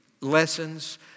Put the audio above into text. lessons